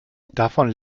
davon